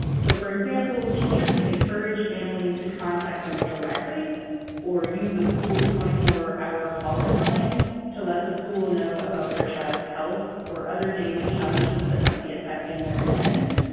so, for example, teachers can encourage families to contact them directly or use a school's twenty four hour call-in line to let the school know about their child's health or other daily challenges that might be affecting their attendance.